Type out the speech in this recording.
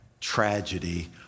tragedy